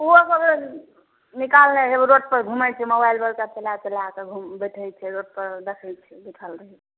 ओहोसभ निकललै रोडपर घूमैत छै मोबाइल बड़का चला चला कऽ बैठैत छै रोडपर देखैत छियै बैठल रहैत छै